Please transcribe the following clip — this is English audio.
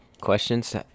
Questions